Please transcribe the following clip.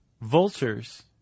Vultures